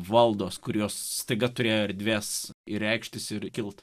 valdos kurios staiga turėjo erdvės reikštis ir kilti